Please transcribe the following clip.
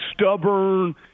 stubborn